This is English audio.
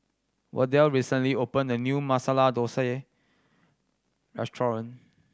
Wardell recently opened a new Masala Dosa Restaurant